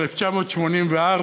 "1984",